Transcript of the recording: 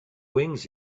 wings